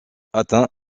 atteint